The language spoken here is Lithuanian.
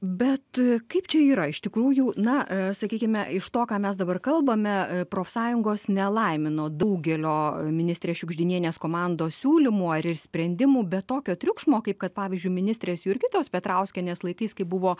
bet kaip čia yra iš tikrųjų na sakykime iš to ką mes dabar kalbame profsąjungos nelaimino daugelio ministrės šiugždinienės komandos siūlymų ar ir sprendimų be tokio triukšmo kaip kad pavyzdžiui ministrės jurgitos petrauskienės laikais kai buvo